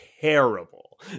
terrible